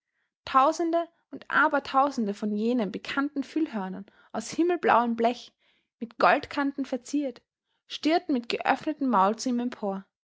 tausende und abertausende von jenen bekannten füllhörnern aus himmelblauem blech mit goldkanten verziert stierten mit geöffnetem maul zu ihm empor